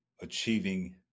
achieving